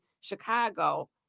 Chicago